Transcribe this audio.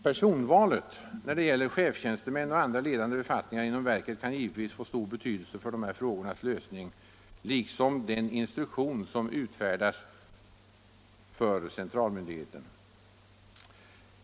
Personvalet när det gäller chefstjänstemän och andra ledande befattningar inom verket kan givetvis få stor betydelse för de här frågornas lösning, liksom den instruktion som utfärdas för centralmyndigheten.